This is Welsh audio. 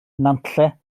nantlle